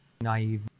naive